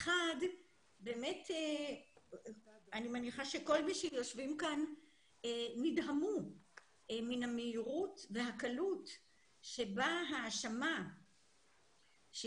אני מניחה שכל היושבים כאן נדהמו מן המהירות והקלות שבה ההאשמה של